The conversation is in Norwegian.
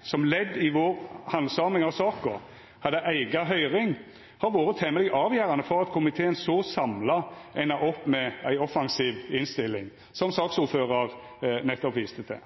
så samla enda opp med ei offensiv innstilling, som saksordførar nettopp viste til.